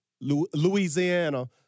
Louisiana